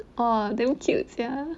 !aww! damn cute sia